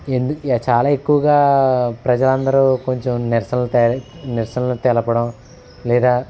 ఎందుకు చాలా ఎక్కువగా ప్రజలందరూ కొంచెం నిరసనలు నిరసనలు తెలపడం లేదా